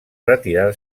retirar